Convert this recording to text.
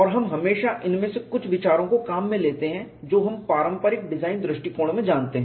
और हम हमेशा इनमें से कुछ विचारों को काम में लेते हैं जो हम पारंपरिक डिजाइन विश्लेषण में जानते हैं